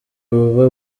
buba